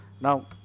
now